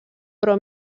però